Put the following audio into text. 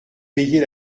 payer